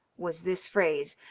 was this phrase,